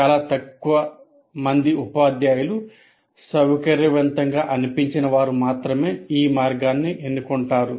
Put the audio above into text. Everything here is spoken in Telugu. చాలా తక్కువ మందిమంది ఉపాధ్యాయులు సౌకర్యవంతంగా అనిపించిన వారు మాత్రమే ఈ మార్గాన్ని ఎన్నుకొంటారు